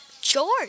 George